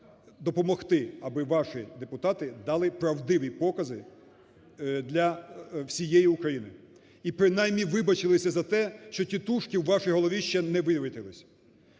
допомогти аби ваші депутати дали правдиві покази для всієї України і принаймні вибачилися за те, що тітушки у вашій голові ще вивітрилися.